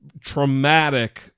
traumatic